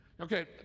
Okay